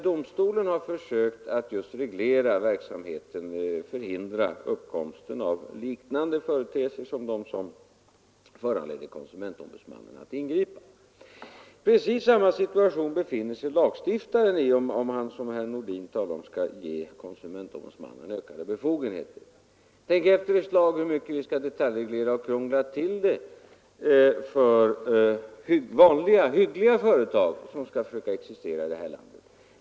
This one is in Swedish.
Domstolen har försökt att just reglera verksamheten, förhindra uppkomsten av företeelser liknande dem som föranledde konsumentombudsmannen att ingripa. Precis samma situation befinner sig lagstiftaren i, om han som herr Nordin talar om skall ge konsumentombudsmannen ökade befogenheter. Tänk efter ett slag — hur mycket skall vi detaljreglera och krångla till det för vanliga, hyggliga företag som skall försöka existera i det här landet?